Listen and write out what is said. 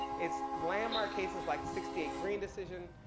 it's landmark cases like sixty eight greene decision,